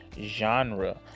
Genre